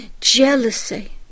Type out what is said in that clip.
jealousy